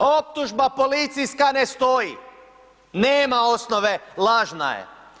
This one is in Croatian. Optužba policijska ne stoji, nema osnove, lažna je.